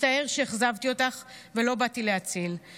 מצטער שאכזבתי אותך ולא באתי להציל';